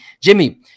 Jimmy